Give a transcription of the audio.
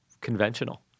conventional